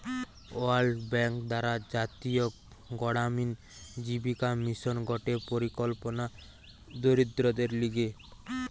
world bank দ্বারা জাতীয় গড়ামিন জীবিকা মিশন গটে পরিকল্পনা দরিদ্রদের লিগে